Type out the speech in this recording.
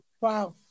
Wow